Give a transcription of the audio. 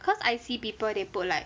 cause I see people they put like